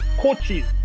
coaches